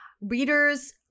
readers